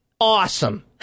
awesome